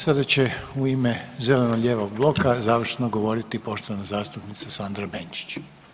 Sada će u ime zeleno-lijevog bloka završno govoriti poštovana zastupnica Sandra Benčić.